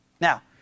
Now